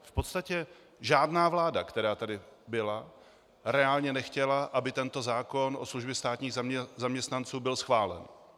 V podstatě žádná vláda, která tady byla, reálně nechtěla, aby tento zákon o službě státních zaměstnanců byl schválen.